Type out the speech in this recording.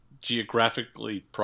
geographically